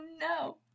no